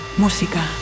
música